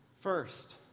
First